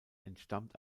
entstammt